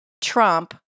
Trump